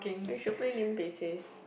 we should play Lim-Beh says